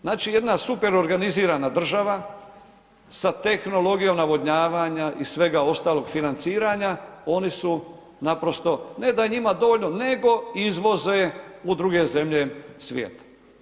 Znači jedna super organizirana država sa tehnologijom navodnjavanja i svega ostalog financiranja oni su naprosto, ne da je njima dovoljno nego izvoze u druge zemlje svijeta.